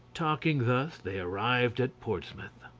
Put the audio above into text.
talking thus they arrived at portsmouth.